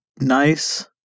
nice